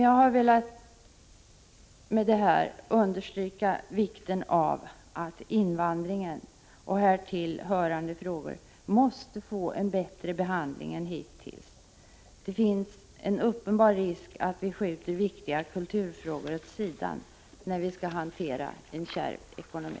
Jag har med detta velat understryka vikten av att invandringen och därtill hörande frågor får en bättre behandling än hittills. Det finns en uppenbar risk att vi skjuter viktiga kulturfrågor åt sidan när vi skall hantera en kärv ekonomi.